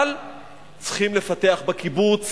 אבל צריכים לפתח בקיבוץ